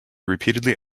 repeatedly